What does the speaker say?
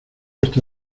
está